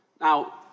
Now